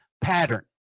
pattern